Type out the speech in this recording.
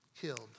Killed